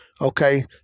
Okay